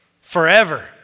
forever